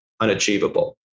unachievable